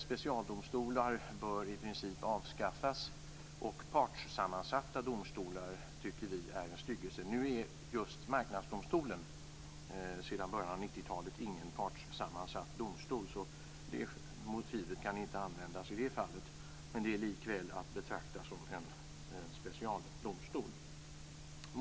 Specialdomstolar bör i princip avskaffas, och vi tycker att partssammansatta domstolar är en styggelse. Nu är ju inte Marknadsdomstolen någon partssammansatt domstol sedan början av 90-talet. Det motivet kan alltså inte användas i det fallet, men den är likväl att betrakta som en specialdomstol. Fru talman!